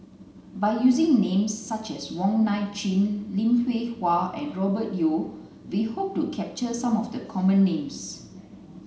by using names such as Wong Nai Chin Lim Hwee Hua and Robert Yeo we hope to capture some of the common names